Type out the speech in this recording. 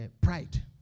pride